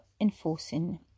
enforcing